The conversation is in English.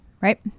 right